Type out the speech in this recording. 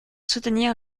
soutenir